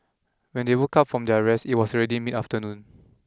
when they woke up from their rest it was already mid afternoon